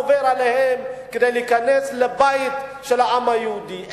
מה עובר עליהם כדי להיכנס לבית של העם היהודי,